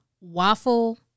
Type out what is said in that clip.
waffle